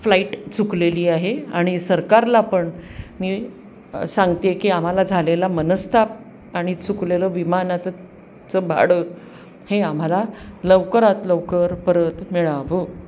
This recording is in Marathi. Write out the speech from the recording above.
फ्लाईट चुकलेली आहे आणि सरकारला पण मी सांगते आहे की आम्हाला झालेला मनस्ताप आणि चुकलेलं विमानाचं चं भाडं हे आम्हाला लवकरात लवकर परत मिळावं